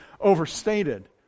overstated